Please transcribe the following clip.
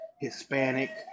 Hispanic